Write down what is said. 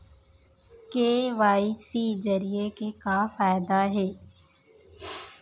KYC जरिए के का फायदा हे?